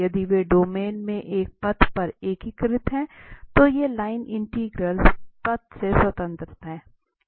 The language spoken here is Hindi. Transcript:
यदि वे डोमेन में एक पथ पर एकीकृत हैं तो ये लाइन इंटेग्रलस पथ से स्वतंत्र हैं